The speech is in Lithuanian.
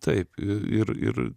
taip ir ir